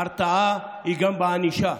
ההרתעה היא גם בענישה,